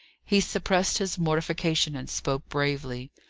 he suppressed his mortification, and spoke bravely.